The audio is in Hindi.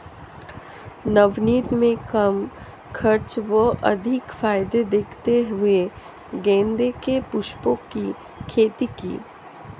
नवनीत ने कम खर्च व अधिक फायदे देखते हुए गेंदे के पुष्पों की खेती की